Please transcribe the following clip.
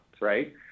right